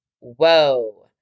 whoa